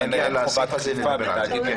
נגיע לסעיף הזה, נדבר על זה.